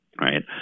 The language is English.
right